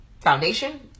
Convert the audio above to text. foundation